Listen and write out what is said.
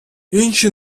інші